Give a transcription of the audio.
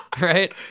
Right